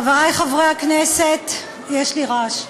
חברי חברי הכנסת, יש לי רעש.